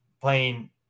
Playing